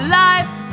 life